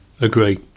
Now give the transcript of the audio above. Agree